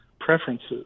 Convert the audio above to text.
preferences